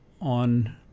on